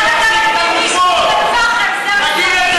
תגיד את זה לחמאס בעזה.